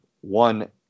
one